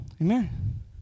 Amen